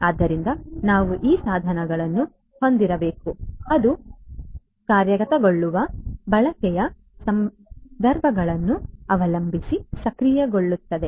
ಆದ್ದರಿಂದ ನಾವು ಈ ಸಾಧನಗಳನ್ನು ಹೊಂದಿರಬೇಕು ಅದು ಕಾರ್ಯಗತಗೊಳ್ಳುವ ಬಳಕೆಯ ಸಂದರ್ಭಗಳನ್ನು ಅವಲಂಬಿಸಿ ಸಕ್ರಿಯಗೊಳ್ಳುತ್ತದೆ